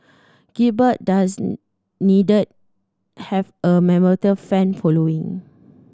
Gilbert does need have a mammoth fan following